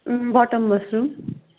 उम् button mushroom